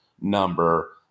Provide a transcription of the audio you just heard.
number